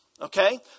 okay